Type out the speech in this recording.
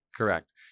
Correct